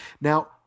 Now